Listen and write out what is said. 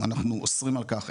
אנחנו אוסרים על כך,